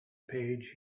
page